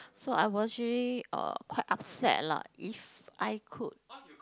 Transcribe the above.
so I was really uh quite upset lah if I could